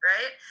Right